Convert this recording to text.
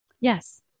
Yes